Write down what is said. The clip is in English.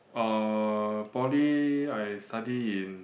uh poly I study in